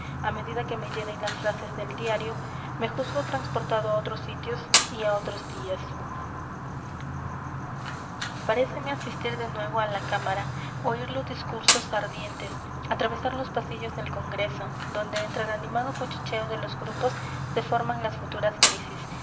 á medida que me hieren las frases del diario me juzgo transportado á otros sitios y á otros días paréceme asistir de nuevo á la cámara oir los discursos ardientes atravesar los pasillos del congreso donde entre el animado cuchicheo de los grupos se forman las futuras crisis